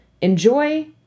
Enjoy